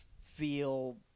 feel